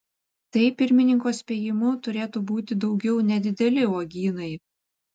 tai pirmininko spėjimu turėtų būti daugiau nedideli uogynai